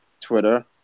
Twitter